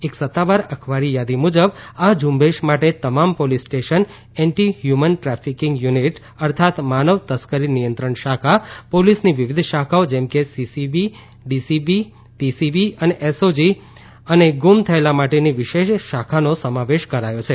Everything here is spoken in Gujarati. એક સત્તાવાર અખબારી યાદી મુજબ આ ઝુંબેશ માટે તમામ police station anti human trafficking unit અર્થાત માનવ તસ્કરી નિયંત્રણ શાખા પોલીસની વિવિધ શાખાઓ જેમ કે સીસીબી ડીસીબી પીસીબી અને એસઓજી અને ગુમ થયેલા માટેની વિશેષ શાખાનો સમાવેશ કરાયો છે